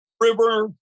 River